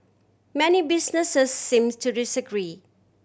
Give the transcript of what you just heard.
many businesses seems to disagree